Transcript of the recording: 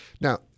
Now